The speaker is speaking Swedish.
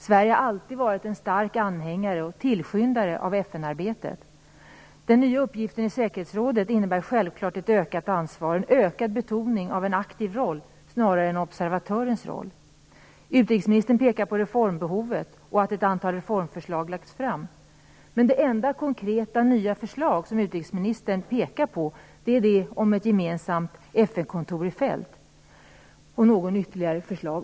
Sverige har alltid varit en stark anhängare och tillskyndare av FN-arbetet. Den nya uppgiften i säkerhetsrådet innebär självfallet ett ökat ansvar och en ökad betoning av en aktiv roll snarare än observatörens roll. Utrikesministern pekar på reformbehovet och att ett antal reformförslag har lagts fram. Men det enda nya konkreta förslaget som utrikesministern pekar på är inrättandet av ett gemensamt FN-kontor i fält.